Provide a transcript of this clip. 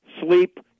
sleep